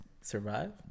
survive